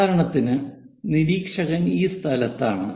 ഉദാഹരണത്തിന് നിരീക്ഷകൻ ഈ സ്ഥലത്താണ്